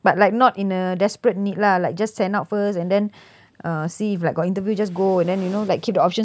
but like not in a desperate need lah like just send out first and then uh see if like got interview just go and then you know like keep the options open in case